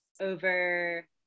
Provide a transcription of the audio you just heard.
over